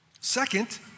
Second